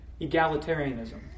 Egalitarianism